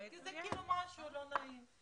זה כאילו משהו לא נעים.